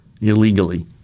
illegally